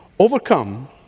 Overcome